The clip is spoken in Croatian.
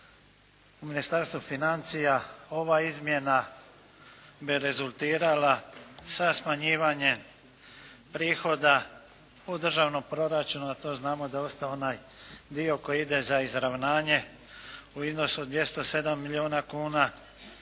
u Ministarstvu financija ova izmjena bi rezultirala sa smanjivanjem prihoda u državnom proračunu a to znamo da je ostao onaj dio koji ide za izravnanje u iznosu od 207 milijuna kuna,